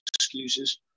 excuses